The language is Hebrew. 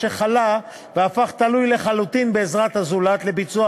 שחלה והפך להיות תלוי לחלוטין בעזרת הזולת לביצוע